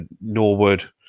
Norwood